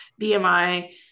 BMI